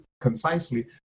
concisely